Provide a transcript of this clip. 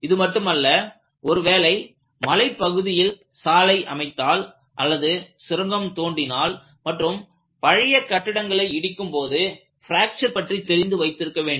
இது மட்டுமல்ல ஒருவேளை மலைப்பகுதியில் சாலை அமைத்தால் அல்லது சுரங்கத்தை தோண்டினால் மற்றும் பழைய கட்டிடங்களை இடிக்கும் போது பிராக்சர் பற்றி தெரிந்து வைத்திருக்க வேண்டும்